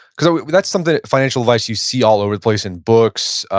cause that's something, financial advice you see all over the place in books,